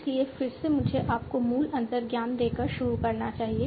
इसलिए फिर से मुझे आपको मूल अंतर्ज्ञान देकर शुरू करना चाहिए